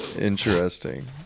Interesting